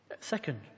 Second